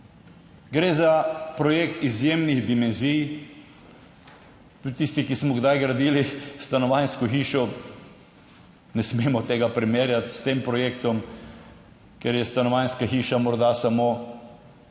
projekt izjemnih dimenzij. Tudi tisti, ki smo kdaj gradili stanovanjsko hišo, ne smemo tega primerjati s tem projektom, ker je stanovanjska hiša morda samo 20